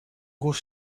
was